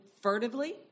furtively